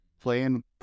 playing